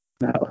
No